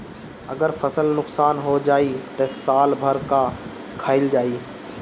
अगर फसल नुकसान हो जाई त साल भर का खाईल जाई